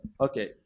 okay